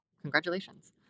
Congratulations